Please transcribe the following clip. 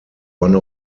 one